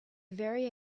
very